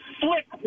flick